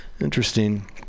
interesting